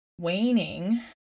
waning